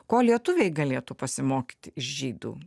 ko lietuviai galėtų pasimokyti iš žydų